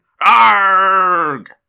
Arg